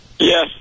yes